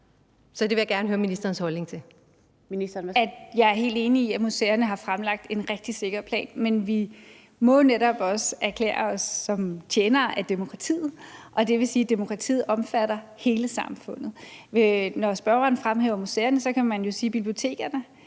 Kl. 17:32 Kulturministeren (Joy Mogensen): Jeg er helt enig i, at museerne har fremlagt en rigtig sikker plan, men vi må jo netop også erklære os som tjenere af demokratiet, og demokratiet omfatter hele samfundet. Når spørgeren fremhæver museerne, kan man jo sige, at bibliotekerne